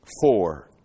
four